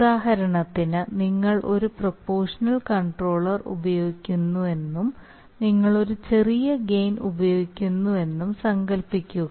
ഉദാഹരണത്തിന് നിങ്ങൾ ഒരു പ്രൊപോഷണൽ കണ്ട്രോളർ ഉപയോഗിക്കുന്നുവെന്നും നിങ്ങൾ ഒരു ചെറിയ ഗെയിൻ ഉപയോഗിക്കുന്നുവെന്നും സങ്കൽപ്പിക്കുക